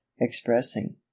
expressing